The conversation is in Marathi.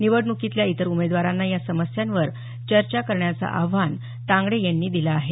निवडण्कीतल्या इतर उमेदवारांना या समस्यांवर चर्चा करण्याचं आव्हान तांगडे यांनी दिलं आहे